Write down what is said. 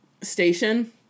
station